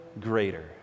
greater